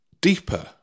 deeper